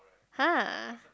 [huh]